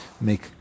make